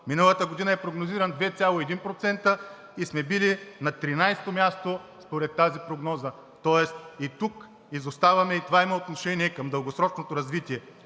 Миналата година е прогнозиран 2,1% и сме били на 13-о място според тази прогноза. Тоест и тук изоставаме и това има отношение към дългосрочното развитие.